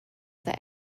that